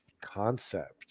concept